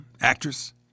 actress